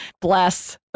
bless